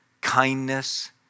kindness